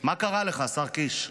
מה קרה לך, השר קיש?